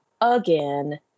again